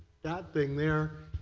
that thing there,